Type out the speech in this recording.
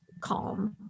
calm